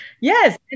Yes